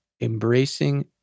embracing